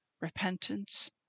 repentance